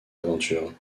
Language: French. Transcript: aventures